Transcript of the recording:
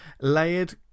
layered